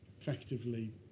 effectively